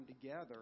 together